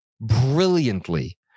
brilliantly